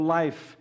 life